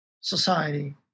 society